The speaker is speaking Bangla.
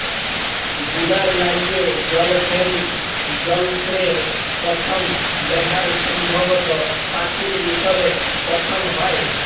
বুলার ল্যাইগে জল ফেম যলত্রের পথম ব্যাভার সম্ভবত পাচিল মিশরে পথম হ্যয়